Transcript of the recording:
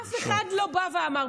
אף אחד לא בא ואמר.